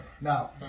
Now